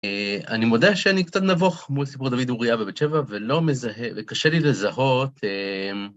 אני מודה שאני קצת נבוך מול סיפור דוד, אוריה ובת שבע, ולא מזהה, וקשה לי לזהות.